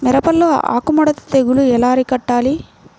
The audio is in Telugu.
మిరపలో ఆకు ముడత తెగులు ఎలా అరికట్టాలి?